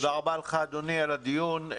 תודה רבה לך, אדוני, על הדיון.